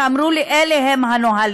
שאמרו לי: אלה הנהלים.